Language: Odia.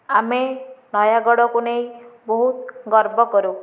ଆମେ ନୟାଗଡ଼କୁ ନେଇ ବହୁ ଗର୍ବ କରୁ